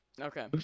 Okay